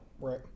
Right